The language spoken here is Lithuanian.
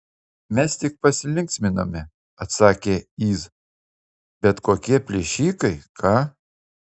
mes tik pasilinksminome atsakė iz bet kokie plėšikai ką